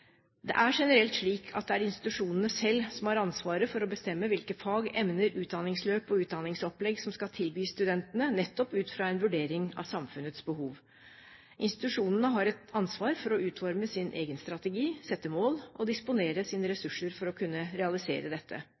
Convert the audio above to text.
Det er generelt slik at det er institusjonene selv som har ansvar for å bestemme hvilke fag, emner, utdanningsløp og utdanningsopplegg som skal tilbys studentene, nettopp ut fra en vurdering av samfunnets behov. Institusjonene har et ansvar for å utforme sin egen strategi, sette mål og disponere sine ressurser for å kunne realisere dette.